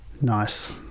Nice